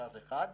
למרכז אחד.